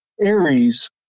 Aries